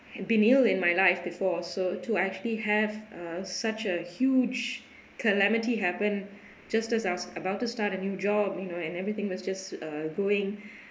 been ill in my life before so to actually have uh such a huge calamity happened just as I was about to start a new job you know and everything was just uh going